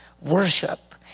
worship